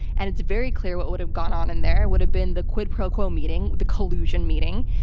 and it's very clear what would have gone on in there. would have been the quid pro quo meeting, the collusion meeting.